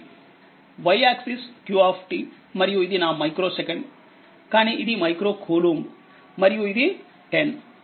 y axis q మరియు ఇది నా మైక్రోసెకండ్ కానీ ఇది మైక్రో కూలుంబ్ మరియు ఇది 10